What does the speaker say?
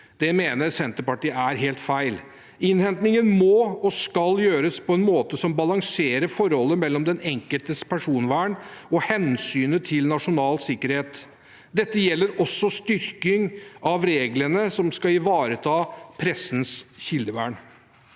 Det mener Senterpartiet er helt feil. Innhentingen må og skal gjøres på en måte som balanserer forholdet mellom den enkeltes personvern og hensynet til nasjonal sikker het. Dette gjelder også styrking av reglene som skal ivareta pressens kildevern.